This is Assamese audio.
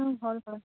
হয় হয়